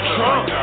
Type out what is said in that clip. Trump